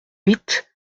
huit